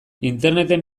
internet